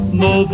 no